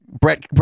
Brett